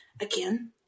again